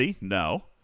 no